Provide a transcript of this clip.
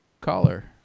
caller